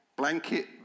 Blanket